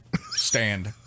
stand